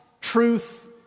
truth